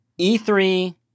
E3